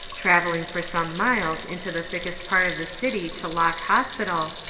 travelling for some miles into the thickest part of the city to lock hospital,